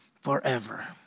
forever